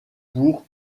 pour